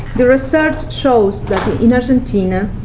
the research shows that in argentina,